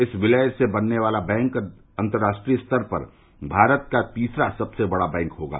इस विलय से बनने वाला बैंक अंतर्राष्ट्रीय स्तर पर भारत का तीसरा सबसे बड़ा बैंक होगा